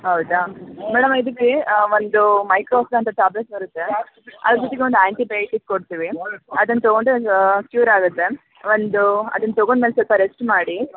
ಹೌದಾ ಮೇಡಮ್ ಇದಕ್ಕೇ ಒಂದು ಮೈಕ್ರೋಸ್ ಅಂತ ಟ್ಯಾಬ್ಲೆಟ್ ಬರುತ್ತೆ ಅದ್ರ ಜೊತೆಗೆ ಒಂದು ಆ್ಯಂಟಿ ಬಯೋಟಿಕ್ ಕೊಡ್ತೀವಿ ಅದನ್ನು ತಗೊಂಡರೆ ಕ್ಯೂರ್ ಆಗುತ್ತೆ ಒಂದು ಅದನ್ನು ತಗೊಂಡ ಮೇಲೆ ಸ್ವಲ್ಪ ರೆಸ್ಟ್ ಮಾಡಿ